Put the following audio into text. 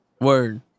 Word